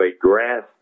grass